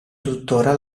tuttora